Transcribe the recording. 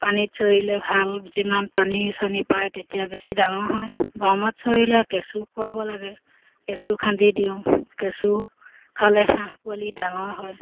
পানীত চৰিলে ভাল যিমান পানী চানী পায় তেতিয়া বেছি ডাঙৰ হয় বামত চৰিলে কেঁচু খোৱাব লাগে কেঁচু খান্দি দিওঁ কেঁচু খালে হাঁহ পোৱালি ডাঙৰ হয়